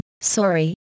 sorry